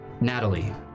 Natalie